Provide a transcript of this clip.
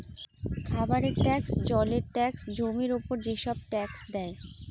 খাবারের ট্যাক্স, জলের ট্যাক্স, জমির উপর যেসব ট্যাক্স দেয়